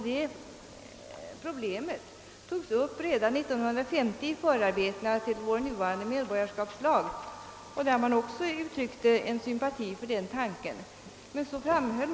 Det problemet togs upp redan 1950 i förarbetena till vår nuvarande medborgarskapslag. I detta sammanhang uttrycktes också sympati för den tanke som fru Svensson nu framfört.